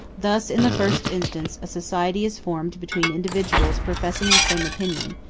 thus, in the first instance, a society is formed between individuals professing the same opinion,